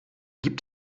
gibt